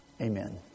Amen